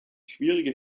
schwierige